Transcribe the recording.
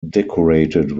decorated